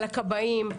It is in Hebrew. על הכבאים,